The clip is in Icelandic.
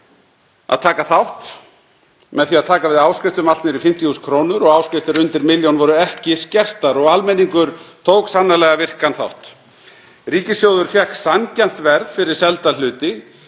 að taka þátt með því að taka við áskriftum allt niður í 50.000 kr. og áskriftir undir milljón voru ekki skertar og almenningur tók sannarlega virkan þátt. Ríkissjóður fékk sanngjarnt verð fyrir selda hluti,